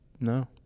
no